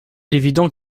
évident